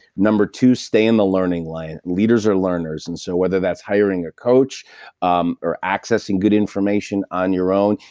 number two, stay in the learning line. leaders are learners and so whether that's hiring a coach um or accessing good information on your own,